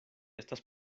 estas